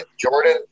Jordan